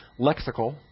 lexical